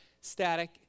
static